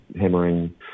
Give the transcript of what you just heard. hammering